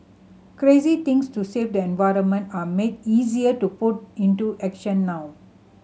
crazy things to save the environment are made easier to put into action now